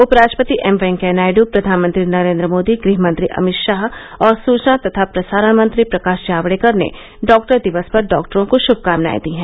उपराष्ट्रपति एम वेंकैया नायड प्रधानमंत्री नरेन्द्र मोदी गृहमंत्री अमितशाह और सुचना तथा प्रसारण मंत्री प्रकाश जावडेकर ने डॉक्टर दिवस पर डॉक्टरों को श्मकामनाए दी हैं